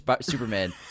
Superman